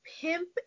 pimp